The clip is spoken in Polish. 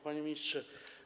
Panie Ministrze!